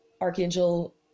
archangel